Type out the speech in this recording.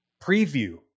preview